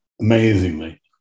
amazingly